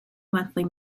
monthly